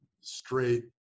straight